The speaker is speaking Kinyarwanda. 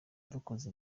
dukoze